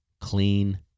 clean